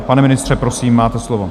Pane ministře, prosím, máte slovo.